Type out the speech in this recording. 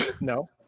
No